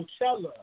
Coachella